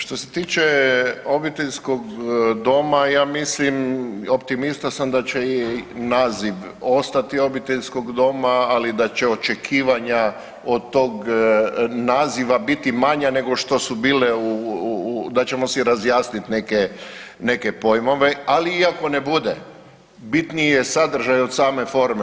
Što se tiče obiteljskog doma, ja mislim optimista sam da će i naziv ostati obiteljskog doma, ali da će očekivanja od tog naziva biti manja nego što su bile, da ćemo si razjasnite neke pojmove, ali ako i ne bude bitniji je sadržaj od same forme.